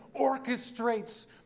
orchestrates